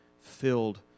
filled